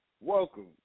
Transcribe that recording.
welcome